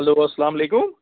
hello اسلامُ علیکُم